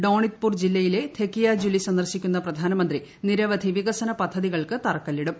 ഡോണിത്പൂർ ജില്ലയിലെ ധെകിയജുലി സന്ദർശിക്കുന്ന പ്രധാനമന്ത്രി നിരവധി വികസന പദ്ധതികൾക്ക് തറക്കല്ലിടും